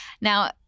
Now